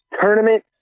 tournament